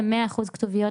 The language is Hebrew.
ו-100% כתוביות,